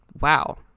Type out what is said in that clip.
wow